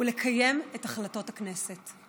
ולקיים את החלטות הכנסת.